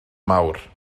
mawr